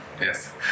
yes